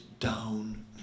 down